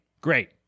Great